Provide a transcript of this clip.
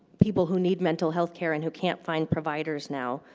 people who need mental healthcare and who can't find providers now,